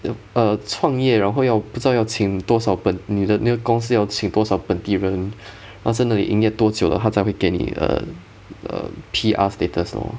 the err 创业然后要不知道要请多少本你的那个公司要请多少本地人然后真的营业多久了它才会给你 err err P_R status you know